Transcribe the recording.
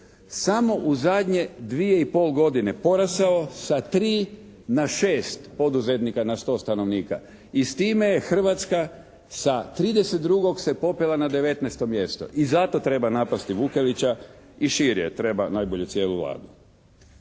Samo u zadnje dvije i pol godine porastao sa 3 na 6 poduzetnika na 100 stanovnika i s time je Hrvatska sa 32 se popela na 19 mjesto i zato treba napasti Vukelića i šire treba, najbolje cijelu Vladu.